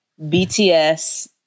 BTS